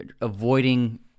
avoiding